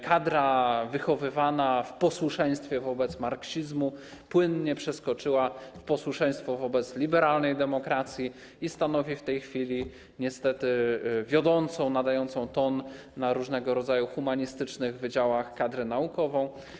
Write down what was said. Kadra wychowywana w posłuszeństwie wobec marksizmu płynnie przeskoczyła w posłuszeństwo wobec liberalnej demokracji i stanowi w tej chwili, niestety, wiodącą, nadającą ton na różnego rodzaju wydziałach humanistycznych kadrę naukową.